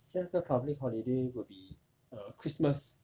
下个 public holiday will be err christmas